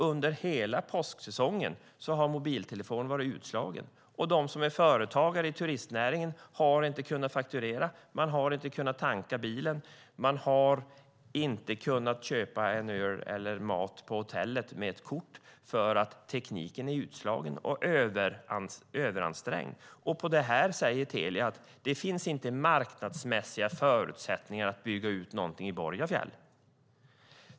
Under hela påsksäsongen har mobiltelefonin varit utslagen, och de som är företagare i turistnäringen har inte kunnat fakturera. Man har inte kunnat tanka bilen. Man har inte kunnat köpa en öl eller mat på hotellet med ett kort, för tekniken har varit utslagen och överansträngd. När det gäller det här säger Telia att det inte finns marknadsmässiga förutsättningar att bygga ut någonting i Borgafjäll.